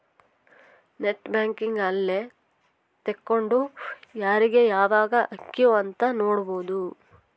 net banking ಅಲ್ಲೆ ತೆಕ್ಕೊಂಡು ಯಾರೀಗ ಯಾವಾಗ ಹಕಿವ್ ಅಂತ ನೋಡ್ಬೊದು